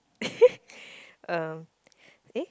um eh